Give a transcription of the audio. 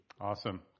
Awesome